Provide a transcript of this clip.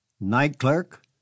Night-Clerk